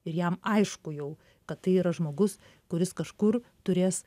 ir jam aišku jau kad tai yra žmogus kuris kažkur turės